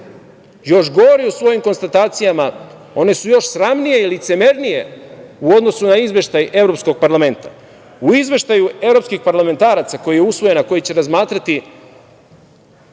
još gori u svojim konstatacijama, one su još sramnije i licemernije u odnosu na izveštaj Evropskog parlamenta. U izveštaju Evropskih parlamentaraca koji je usvojen, a koji će razmatrati